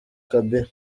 kabila